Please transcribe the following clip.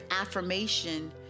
affirmation